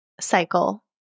cycle